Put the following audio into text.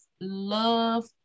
love